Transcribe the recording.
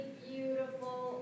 beautiful